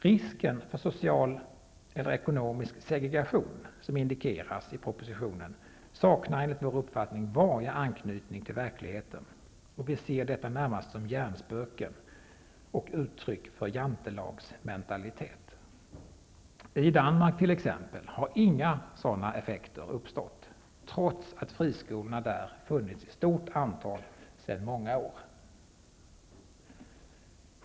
Risken för social och ekonomisk segregation som indikeras i propositionen saknar enligt vår uppfattning varje anknytning till verkligheten, och vi ser detta närmast som hjärnspöken och uttryck för Jantelagsmentalitet. I Danmark t.ex. har inga sådana effekter uppstått, trots att friskolorna där funnits i stort antal sedan många år.